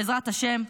בעזרת השם,